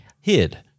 hid